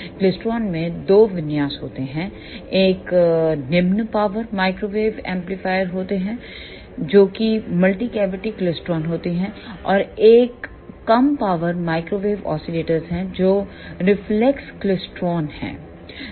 klystron में दो विन्यास होते हैं एक निम्न पावर माइक्रोवेव एम्पलीफायर होता है जो कि मल्टी कैविटी क्लिस्ट्रॉन होता है और एक और कम पावर माइक्रोवेव ओसीलेटर है जो रिफ्लेक्स क्लेस्ट्रॉन है